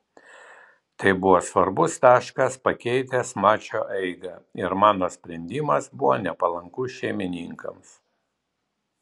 tai buvo svarbus taškas pakeitęs mačo eigą ir mano sprendimas buvo nepalankus šeimininkams